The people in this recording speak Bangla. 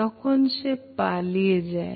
তখন সে পালিয়ে যায়